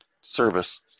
service